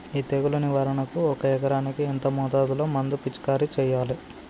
ఈ తెగులు నివారణకు ఒక ఎకరానికి ఎంత మోతాదులో మందు పిచికారీ చెయ్యాలే?